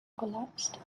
collapsed